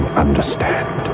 understand